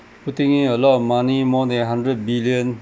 putting in a lot of money more than one hundred billion